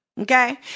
okay